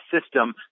system